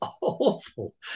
awful